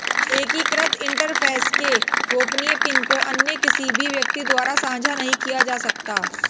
एकीकृत इंटरफ़ेस के गोपनीय पिन को अन्य किसी भी व्यक्ति द्वारा साझा नहीं किया जा सकता